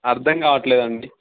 అర్ధంకావట్లేదు అండి